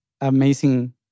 amazing